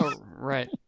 Right